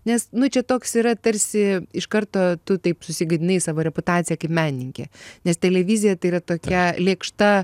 nes nu čia toks yra tarsi iš karto tu taip susigadinai savo reputaciją kaip menininkė nes televizija tai yra tokia lėkšta